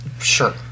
Sure